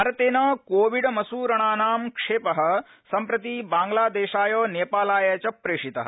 भारतेन कोविड मसुरणानां क्षेपः सम्प्रति बांग्लादेशाय नेपालाय च प्रेषितः